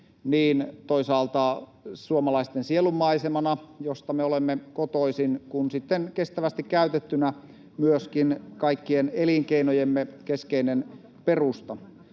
toisaalta niin suomalaisten sielunmaisema, josta me olemme kotoisin, kuin sitten kestävästi käytettynä myöskin kaikkien elinkeinojemme keskeinen perusta.